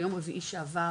ביום רביעי שעבר,